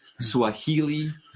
Swahili